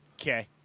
Okay